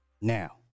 Now